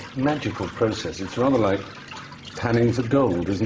magical process. it's rather like panning for gold, isn't